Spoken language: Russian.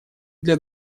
для